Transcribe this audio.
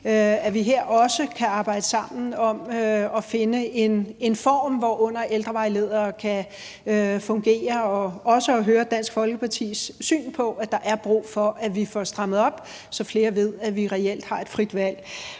at vi her også kan arbejde sammen om at finde en form, hvorunder ældrevejledere kan fungere, og også at høre Dansk Folkepartis syn på, at der er brug for, at vi får strammet op, så flere ved, at vi reelt har et frit valg.